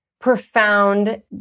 profound